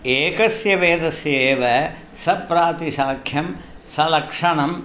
एकस्य वेदस्य एव सप्रातिशाख्यं सलक्षणम्